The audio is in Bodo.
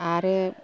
आरो